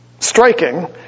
Striking